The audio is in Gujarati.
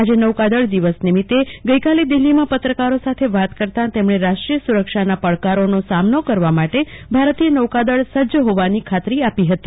આજે નોકાદળ દિવસ નિમિત્તે ગઈકાલે દિલ્હીમાં પત્રકાર સાથે વાત કરતા તેમણે રાષ્ટ્રીય સુરક્ષાના પડકારોનો સામનો કરવા માટે ભારતીય નૌકાદળ સજજ હોવાની ખાતરી આપી હતી